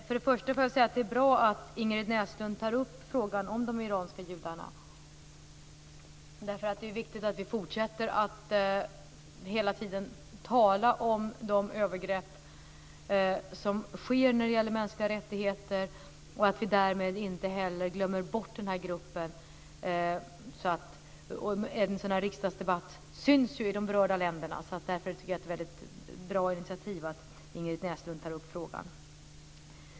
Fru talman! Jag tycker att det är bra att Ingrid Näslund tar upp frågan om de iranska judarna, därför att det är viktigt att vi fortsätter att hela tiden tala om de övergrepp som sker när det gäller mänskliga rättigheter och att vi därmed inte heller glömmer bort den här gruppen. En sådan här riksdagsdebatt syns ju i de berörda länderna, så därför tycker jag att det är ett väldigt bra initiativ att Ingrid Näslund tar upp frågan.